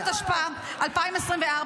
התשפ"ה 2024,